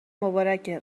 مبارکه